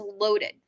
loaded